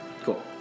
Cool